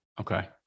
Okay